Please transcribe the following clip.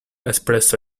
espresso